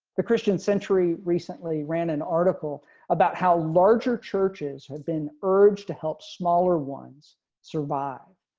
the christian century recently ran an article about how larger churches have been urged to help smaller ones survive.